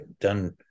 done